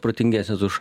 protingesnės už